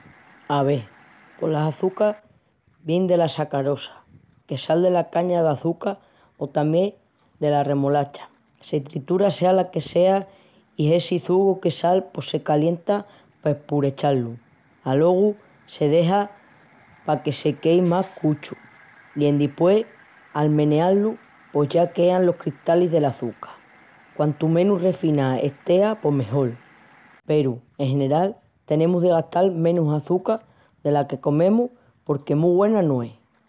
Ave, pos l'açuca vien dela sacarosa, que sal dela caña d'açuca o tamién dela remolacha. Se tritula sea la que sea i essi çugu que sal pos se calienta pa espurechá-lu. Alogu se dexa paque se quei más cachúu. I endispués al meneá-lu pos ya quean los cristalis del'açuca. Quantu menus refiná estea pos mejol peru, en general, tenemus de gastal menus açuca dela que comemus porque mu güena no es.